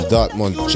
Dartmouth